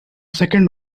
second